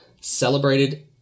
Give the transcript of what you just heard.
celebrated